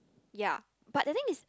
ya but the thing is